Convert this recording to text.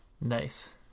nice